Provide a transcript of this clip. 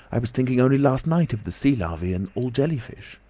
i was thinking only last night of the sea larvae and all jelly-fish!